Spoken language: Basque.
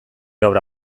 obra